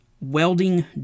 welding